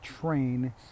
train